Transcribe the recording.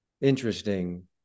interesting